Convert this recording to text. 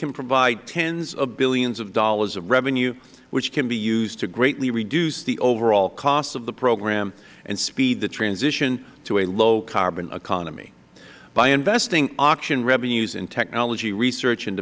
can provide tens of billions of dollars of revenue which can be used to greatly reduce the overall cost of the program and speed the transition to a low carbon economy by investing auction revenues in technology research and